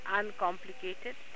uncomplicated